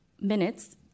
minutes